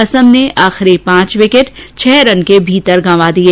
असम ने आखिर पांच विकेट छह रन के अंदर गवां दिए